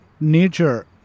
nature